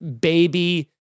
baby